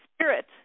spirit